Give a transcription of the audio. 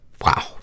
Wow